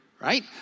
right